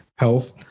health